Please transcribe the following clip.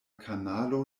kanalo